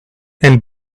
and